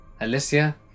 Alicia